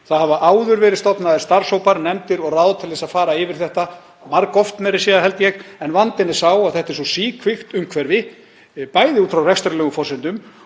Það hafa áður verið stofnaðir starfshópar, nefndir og ráð til þess að fara yfir þetta, margoft meira að segja held ég, en vandinn er sá að þetta er svo síkvikt umhverfi, bæði út frá rekstrarlegum forsendum